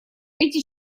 эти